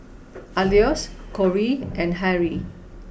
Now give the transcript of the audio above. Alois Korey and Harrell